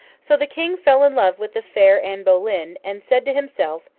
so, the king fell in love with the fair anne boleyn, and said to himself,